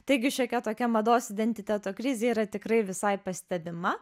taigi šiokia tokia mados identiteto krizė yra tikrai visai pastebima